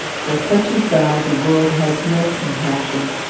for such as thou the world has no compassion.